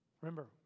Remember